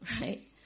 right